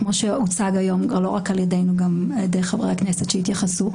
כמו שהוצג היום ולא רק על ידינו אלא גם על ידי חברי הכנסת שהתייחסו,